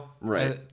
Right